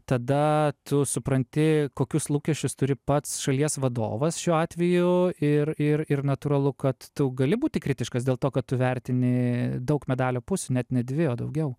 tada tu supranti kokius lūkesčius turi pats šalies vadovas šiuo atveju ir ir ir natūralu kad tu gali būti kritiškas dėl to kad tu vertini daug medalio pusių net ne dvi o daugiau